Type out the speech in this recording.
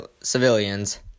civilians